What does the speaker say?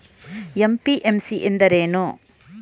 MPMC ಎಂದರೇನು?